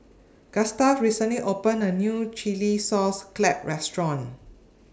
Gustav recently opened A New Chilli Sauce Clams Restaurant